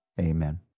Amen